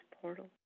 portal